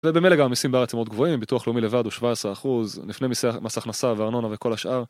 ובמילא גם המסים בארץ הם מאוד גבוהים, ביטוח לאומי לבד הוא 17%, לפני מס הכנסה וארנונה וכל השאר.